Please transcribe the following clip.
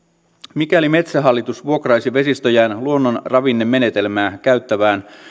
mikäli metsähallitus vuokraisi vesistöjään luonnonravinnemenetelmää käyttävään